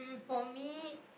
for me